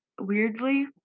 weirdly